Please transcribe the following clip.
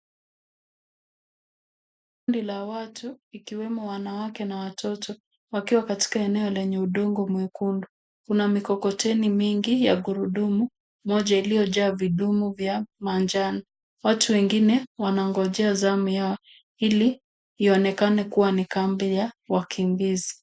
Kundi la watu ikiwemo wanawake na watoto wakiwa katika eneo lenye udongo mwekundu. Kuna mikokoteni mingi ya gurudumu moja iliyojaa vidumu vya manjano. Watu wengine wanangojea zamu yao. ili ionekane ni kambi ya wakimbizi.